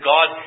God